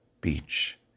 beach